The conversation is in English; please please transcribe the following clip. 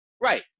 Right